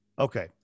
Okay